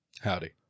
Howdy